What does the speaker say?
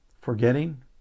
Forgetting